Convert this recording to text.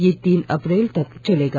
यह तीन अप्रैल तक चलेगा